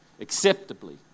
acceptably